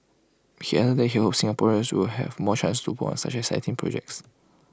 he added that he hopes Singaporeans will have more chances to work on such exciting projects